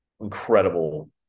incredible